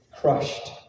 crushed